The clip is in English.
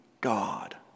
God